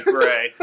Gray